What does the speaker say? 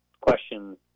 question